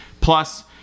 Plus